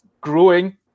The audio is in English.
growing